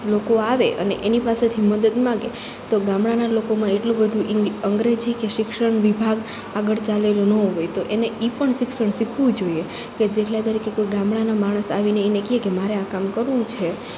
લોકો આવે અને એની પાસેથી મદદ માંગે તો ગામડાનાં લોકોમાં એટલું બધું અંગ્રેજી કે શિક્ષણ વિભાગ આગળ ચાલેલું ન હોય તો એને એ પણ શિક્ષણ શીખવું જોઈએ કે દાખલા તરીકે કોઈ ગામડાના માણસ આવીને એને કહે કે મારે આ કામ કરવું છે